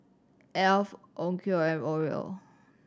Alf Onkyo and Oreo